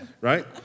right